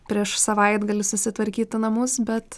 prieš savaitgalį susitvarkyti namus bet